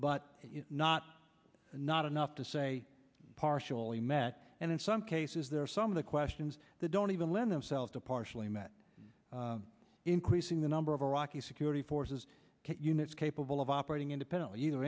but not not enough to say partially met and in some cases there are some of the questions that don't even lend themselves to partially met increasing the number of iraqi security forces units capable of operating independently either